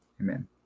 Amen